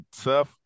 tough